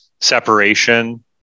separation